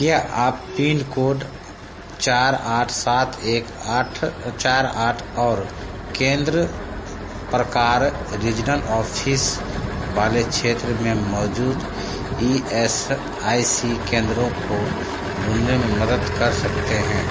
क्या आप pin code चार आठ सात एक आठ चार आठ और केंद्र प्रकार रीजनल ऑफ़िस वाले क्षेत्र में मौजूद ई एस आई सी केंद्रों को ढूँढने में मदद कर सकते हैं